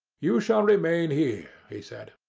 you shall remain here, he said.